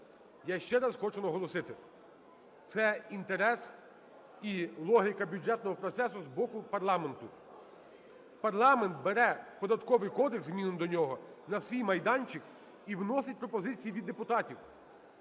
Я ще раз хочу наголосити. Це інтерес і логіка бюджетного процесу з боку парламенту. Парламент бере Податковий кодекс, зміни до нього, на свій майданчик і вносить пропозиції від депутатів.